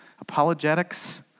apologetics